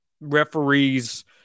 referees